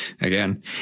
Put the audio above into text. again